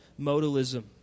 modalism